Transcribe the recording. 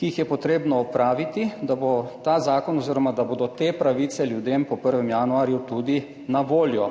ki jih je potrebno opraviti, da bo ta zakon oziroma da bodo te pravice ljudem po prvem januarju tudi na voljo.